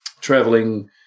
traveling